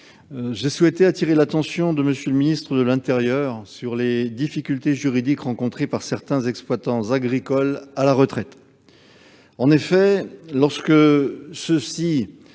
Je souhaite attirer l'attention de M. le ministre de l'intérieur sur les difficultés juridiques rencontrées par certains exploitants agricoles à la retraite. En effet, lorsque ceux-ci